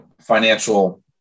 financial